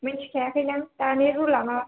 मिन्थिखायाखै नों दानि रुला मा